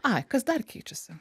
ai kas dar keičiasi